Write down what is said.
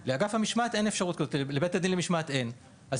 אבל לבית הדין למשמעת אין אפשרות כזאת.